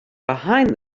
behind